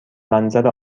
منظر